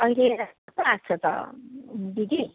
अहिले राम्रो आएको छ त दिदी